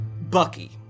Bucky